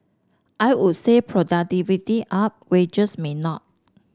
I would say productivity up wages may not